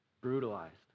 brutalized